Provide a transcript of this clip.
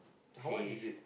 she